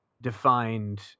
defined